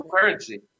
currency